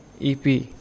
EP